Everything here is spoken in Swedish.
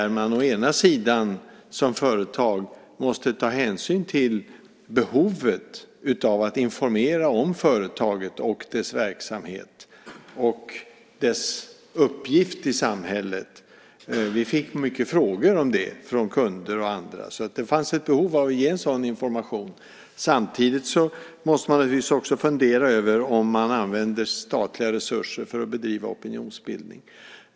Å ena sidan måste man som företag ta hänsyn till behovet av att informera om företaget och dess verksamhet. Å andra sidan gäller det dess uppgift i samhället. Vi fick många frågor om det från kunder och andra, så det fanns ett behov av att ge sådan information. Samtidigt måste man naturligtvis också fundera över om statliga resurser används för att bedriva opinionsbildning.